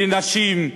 לנשים,